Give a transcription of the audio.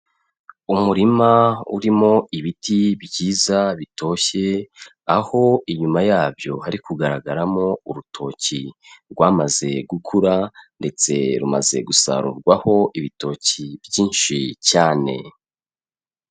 Umurima urimo ibiti byiza bitoshye, aho inyuma yabyo hari kugaragaramo urutoki rwamaze gukura, ndetse rumaze gusarurwaho ibitoki byinshi cyane.